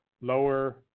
lower